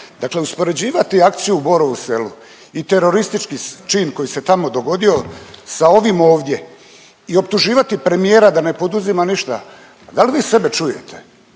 dakle uspoređivati akciju u Borovu Selu i teroristički čin koji se tamo dogodio sa ovim ovdje i optuživati premijera da ne poduzima ništa da li vi sebe čujete?